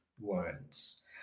words